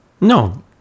No